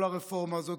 כל הרפורמה הזאת,